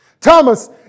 Thomas